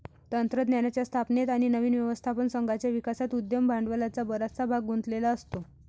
तंत्रज्ञानाच्या स्थापनेत आणि नवीन व्यवस्थापन संघाच्या विकासात उद्यम भांडवलाचा बराचसा भाग गुंतलेला असतो